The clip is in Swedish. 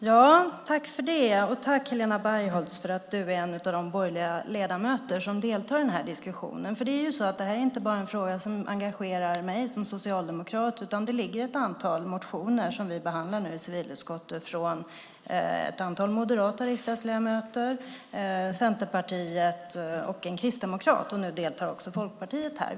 Herr talman! Jag tackar Helena Bargholtz för att hon är en av de borgerliga ledamöter som deltar i den här diskussionen. Det här är inte en fråga som bara engagerar mig som socialdemokrat, utan det finns ett antal motioner som vi behandlar nu i civilutskottet från ett antal moderata riksdagsledamöter, från Centerpartiet och en kristdemokrat. Nu deltar också Folkpartiet här.